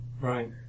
right